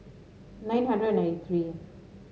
nine hundred and ninety three